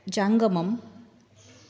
जाङ्गमम्